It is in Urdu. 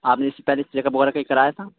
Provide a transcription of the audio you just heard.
آپ نے اس سے پہلے چیک اپ وغیرہ کہیں کرایا تھا